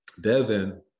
Devin